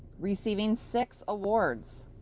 receiving six awards